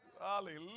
Hallelujah